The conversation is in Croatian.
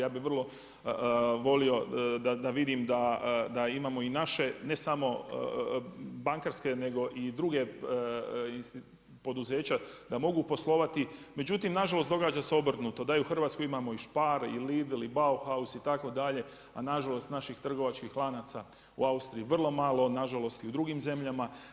Ja bih vrlo volio da vidim da imamo i naše ne samo bankarske nego i druga poduzeća da mogu poslovati, međutim nažalost događa se obrnut da u Hrvatskoj imamo i Spar i Lidl i Bauhaus itd., a nažalost naših trgovačkih lanaca u Austriji vrlo malo, nažalost i u drugim zemljama.